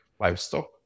livestock